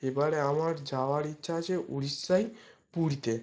এবারে আমার যাওয়ার ইচ্ছা আছে উড়িষ্যায় পুরীতে